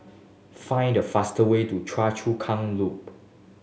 find the fastest way to Chua Chu Kang Loop